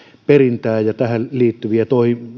perintää ja tähän liittyviä